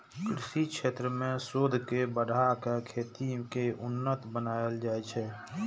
कृषि क्षेत्र मे शोध के बढ़ा कें खेती कें उन्नत बनाएल जाइ छै